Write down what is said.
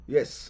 Yes